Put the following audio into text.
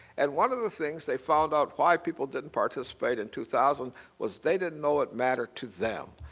and one of the things they found out why people didn't participate in two thousand was they didn't know it mattered to them.